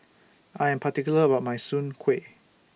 I Am particular about My Soon Kway